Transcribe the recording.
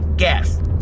Gas